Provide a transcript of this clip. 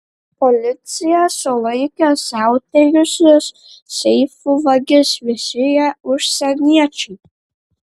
policija sulaikė siautėjusius seifų vagis visi jie užsieniečiai